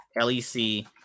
lec